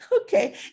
Okay